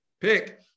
pick